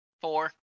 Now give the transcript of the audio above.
four